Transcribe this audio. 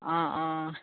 অঁ অঁ